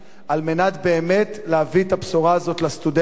על מנת באמת להביא את הבשורה הזאת לסטודנטים.